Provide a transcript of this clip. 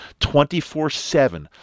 24-7